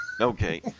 Okay